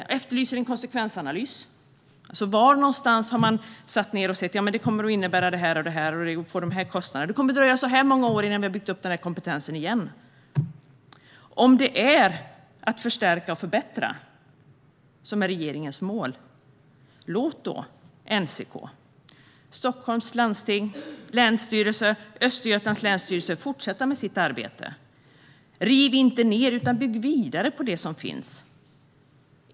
Jag efterlyser en konsekvensanalys. Var någonstans har man satt sig ner och sett: Det kommer att innebära det och det, det får de kostnaderna och det kommer att dröja så här många år innan vi har byggt upp kompetensen igen? Om det är att förstärka och förbättra som är regeringens mål, låt då NCK, Stockholms landsting och länsstyrelse och Östergötlands länsstyrelse fortsätta med sitt arbete. Riv inte ned utan bygg vidare på det som finns.